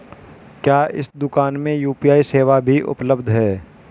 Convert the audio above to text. क्या इस दूकान में यू.पी.आई सेवा भी उपलब्ध है?